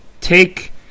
take